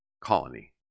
colony